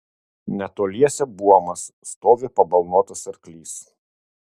netoliese buomas stovi pabalnotas arklys